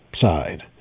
side